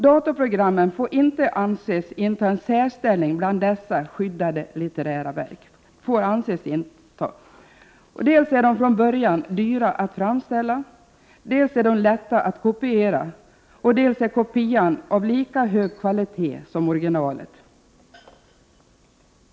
Datorprogrammen får anses inta en särställning bland dessa skyddade litterära verk. Dels är de från början dyra att framställa, dels är de lätta att sedan kopiera och dels är kopian av lika hög kvalitet som originalet.